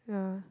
yeah